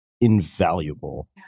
invaluable